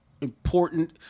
important